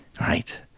Right